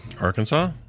Arkansas